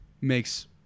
makes